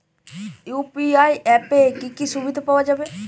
UPI অ্যাপে কি কি সুবিধা পাওয়া যাবে?